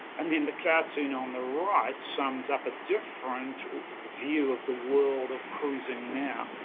and then, the cartoon on the right sums up a different view of the world of cruising now.